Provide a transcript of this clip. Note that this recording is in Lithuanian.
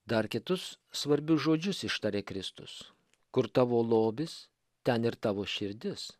dar kitus svarbius žodžius ištarė kristus kur tavo lobis ten ir tavo širdis